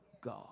God